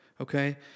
okay